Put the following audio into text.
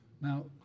Now